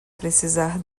precisar